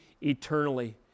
eternally